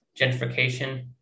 gentrification